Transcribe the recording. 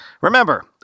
remember